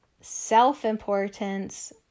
self-importance